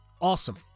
awesome